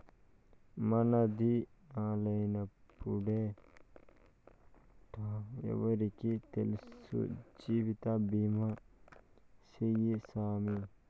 మనదినాలెప్పుడెప్పుంటామో ఎవ్వురికి తెల్సు, జీవితబీమా సేయ్యి సామీ